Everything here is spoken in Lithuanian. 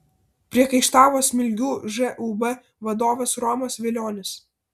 priekaištavo smilgių žūb vadovas romas vilionis